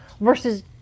versus